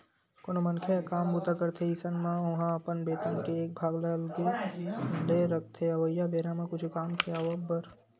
कोनो मनखे ह काम बूता करथे अइसन म ओहा अपन बेतन के एक भाग ल अलगे ले रखथे अवइया बेरा म कुछु काम के आवब बर